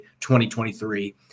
2023